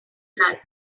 blood